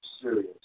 serious